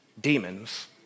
demons